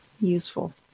useful